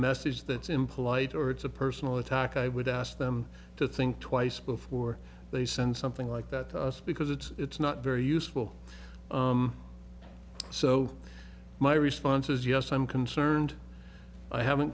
message that's impolite or it's a personal attack i would ask them to think twice before they send something like that to us because it's not very useful so my response is yes i'm concerned i haven't